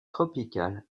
tropicales